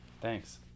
Thanks